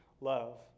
love